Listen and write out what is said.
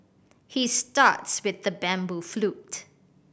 he starts with the bamboo flute